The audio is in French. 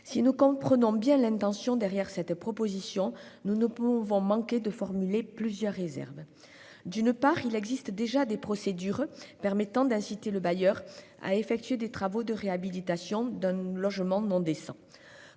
Si nous comprenons bien l'intention qui se trouve derrière cette proposition, nous ne pouvons manquer de formuler plusieurs réserves. En premier lieu, il existe déjà des procédures permettant d'inciter le bailleur à effectuer des travaux de réhabilitation d'un logement non décent.